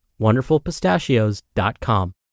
WonderfulPistachios.com